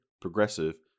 progressive